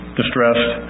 distressed